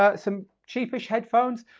ah some cheapish headphones.